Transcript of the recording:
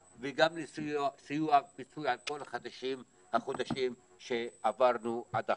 וגם לסיוע ופיצוי על כל החודשים שעברנו עד עכשיו.